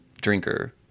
drinker